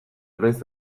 naiz